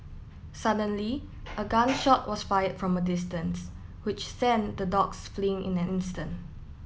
suddenly a gun shot was fired from a distance which sent the dogs fleeing in an instant